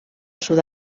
sud